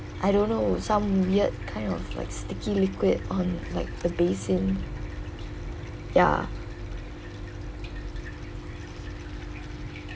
I don't know some weird kind of like sticky liquid on like the basin ya